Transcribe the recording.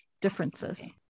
differences